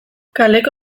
kaleko